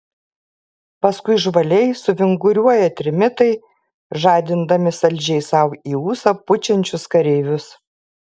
paskui žvaliai suvinguriuoja trimitai žadindami saldžiai sau į ūsą pučiančius kareivius